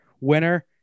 winner